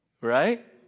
Right